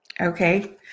Okay